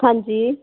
ਹਾਂਜੀ